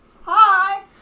Hi